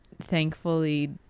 Thankfully